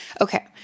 Okay